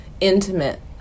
intimate